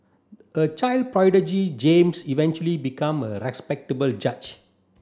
a child prodigy James eventually become a respectable judge